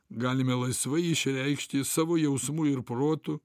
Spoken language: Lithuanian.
galime laisvai išreikšti savo jausmų ir protu